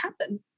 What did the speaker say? happen